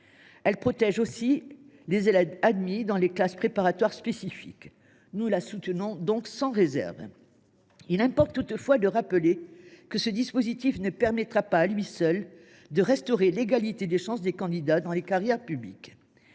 Elle protège en outre les élèves admis dans les classes préparatoires spécifiques. Nous la soutenons donc sans réserve. Il importe toutefois de rappeler que ce dispositif ne permettra pas à lui seul de restaurer l’égalité des chances entre candidats en matière de carrières publiques.